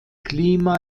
klima